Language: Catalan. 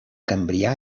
cambrià